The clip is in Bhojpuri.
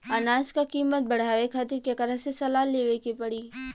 अनाज क कीमत बढ़ावे खातिर केकरा से सलाह लेवे के पड़ी?